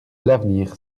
l’avenir